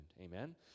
Amen